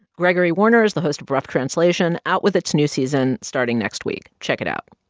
gregory warner is the host of rough translation, out with its new season starting next week. check it out.